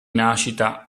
nascita